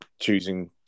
choosing